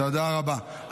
תודה רבה.